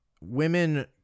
Women